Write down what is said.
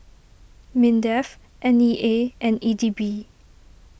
Mindef N E A and E D B